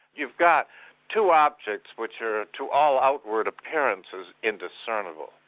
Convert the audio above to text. you've got two objects, which are to all outward appearances, indiscernible.